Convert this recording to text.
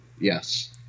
Yes